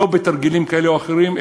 לא בתרגילים כאלה או אחרים,